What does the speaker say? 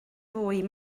fwy